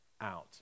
out